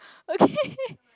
okay